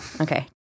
Okay